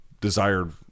desired